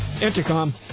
Intercom